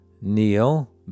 kneel